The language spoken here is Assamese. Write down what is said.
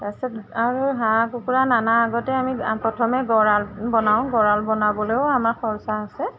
তাৰপিছত আৰু হাঁহ কুকুৰা নানাৰ আগতে আমি প্ৰথমে আমি গড়াল বনাও গড়াল বনাবলৈও আমাৰ খৰচা আছে